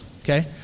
okay